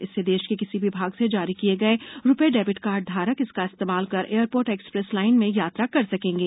इससे देश के किसी भी भाग से जारी किए गए रुपे डेबिट कार्ड धारक इसका इस्तेमाल कर एयरपोर्ट एक्सप्रेस लाइन में यात्रा कर सकेंगे